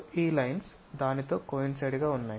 ఈ లైన్స్ దానితో కోయిన్సైడ్ గా ఉన్నాయి